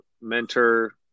mentor